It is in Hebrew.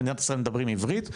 במדינת ישראל מדברים עברית,